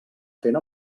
fent